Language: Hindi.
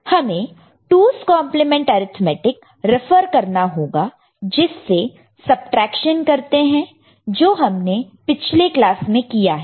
हमें 2's कंप्लीमेंट अर्थमैटिक रिफ़र करना होगा जिससे सबट्रैक्शन करते है जो हमने पिछले क्लास में कीया है